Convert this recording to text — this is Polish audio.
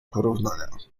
porównania